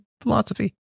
philosophy